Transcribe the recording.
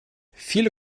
viele